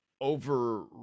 over